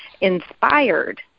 inspired